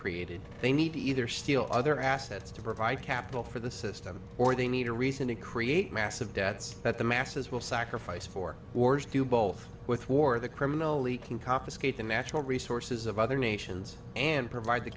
created they need to either steal other assets to provide capital for the system or they need a reason to create massive debts that the masses will sacrifice for wars do both with war the criminally can confiscate the natural resources of other nations and provide the